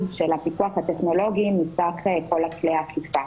של הפיתוח הטכנולוגי מסך כל כלי האכיפה